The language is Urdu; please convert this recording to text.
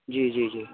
جی جی جی